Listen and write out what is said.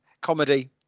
comedy